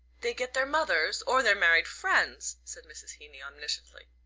they get their mothers or their married friends, said mrs. heeny omnisciently.